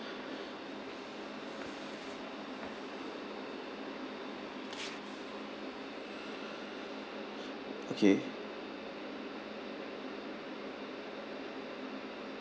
okay